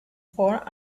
for